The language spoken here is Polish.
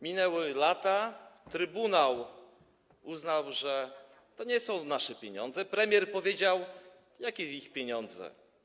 Minęły lata, trybunał uznał, że to nie są nasze pieniądze, premier powiedział: Jakie ich pieniądze?